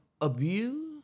abuse